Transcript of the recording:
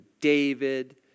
David